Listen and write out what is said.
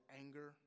anger